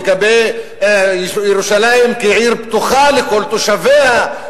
לגבי ירושלים כעיר פתוחה לכל תושביה,